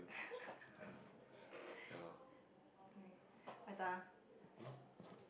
ya ya lor eh